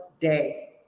day